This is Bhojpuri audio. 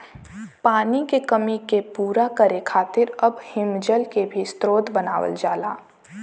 पानी के कमी के पूरा करे खातिर अब हिमजल के भी स्रोत बनावल जाला